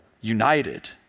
United